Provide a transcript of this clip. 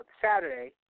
Saturday